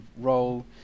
role